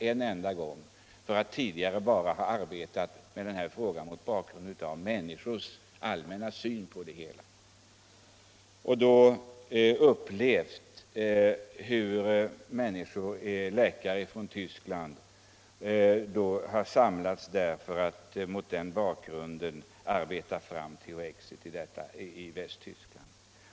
I övrigt har jag arbetat med denna fråga uteslutande mot bakgrund av människors allmänna syn på THX-preparatet. Men den gången när jag var i Aneby upplevde jag att läkare från Tyskland hade samlats där därför att man skulle arbeta fram THX i Västtyskland.